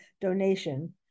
donation